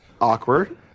Awkward